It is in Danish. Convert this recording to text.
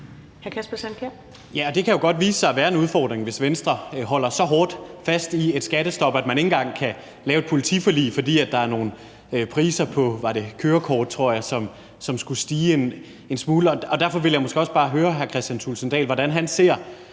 Det kan jo godt vise sig at være en udfordring, hvis Venstre holder så hårdt fast i et skattestop, at man ikke engang kan lave et politiforlig, fordi der er nogle priser på kørekort, tror jeg det var, som skulle stige en smule. Derfor vil jeg også bare høre hr. Kristian